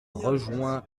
rejoignit